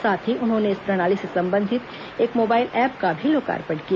साथ ही उन्होंने इस प्रणाली से संबंधित एक मोबाइल एप्प का भी लोकार्पण किया